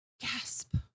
Gasp